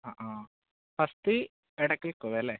ആ ആ ഫസ്റ്റ് ഇടക്കൽ കേവല്ലെ